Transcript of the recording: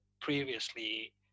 previously